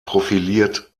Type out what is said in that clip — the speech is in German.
profiliert